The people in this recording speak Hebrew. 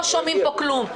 לא שומעים פה כלום.